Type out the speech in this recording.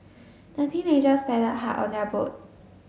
the teenagers paddled hard on their boat